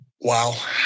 wow